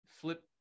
flip